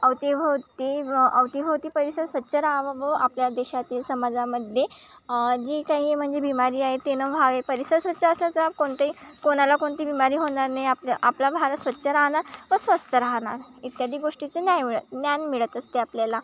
अवतीभवती व अवतीभोवती परिसर स्वच्छ राहावं व आपल्या देशातील समाजामध्ये जी काही म्हणजे बिमारी आहे ते न व्हावे परिसर स्वच्छ असला तर कोणतंही कोणाला कोणती बिमारी होणार नाही आपल्या आपला भाग हा स्वच्छ राहणार व स्वस्थ राहणार इत्यादी गोष्टीचं न्याय मिळ ज्ञान मिळत असते आपल्याला